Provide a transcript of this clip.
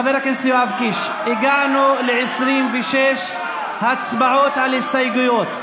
יואב קיש, הגענו ל-26 הצבעות על הסתייגויות.